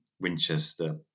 Winchester